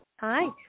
Hi